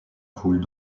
coule